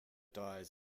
dies